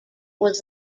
was